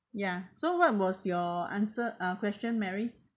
ya so what was your answer ah question mary